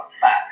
fat